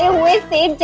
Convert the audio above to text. and with the